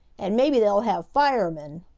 and maybe they'll have firemen.